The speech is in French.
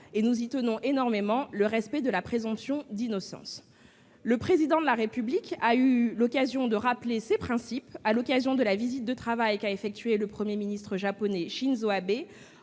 nous tenons énormément, c'est le respect de la présomption d'innocence. Le Président de la République a eu l'occasion de rappeler ces principes à l'occasion de la visite de travail en France qu'a effectuée le Premier ministre japonais Shinzo Abe